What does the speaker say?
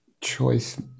choice